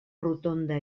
rotonda